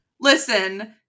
Listen